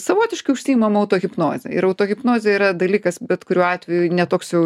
savotiškai užsiimam autohipnoze ir autohipnozė yra dalykas bet kuriuo atveju ne toks jau